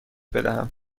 بدهم